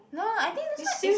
no I think this one is